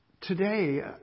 today